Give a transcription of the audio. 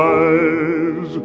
eyes